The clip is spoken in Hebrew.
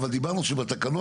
הוא בנוי כבר.